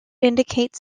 indicates